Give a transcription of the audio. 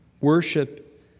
worship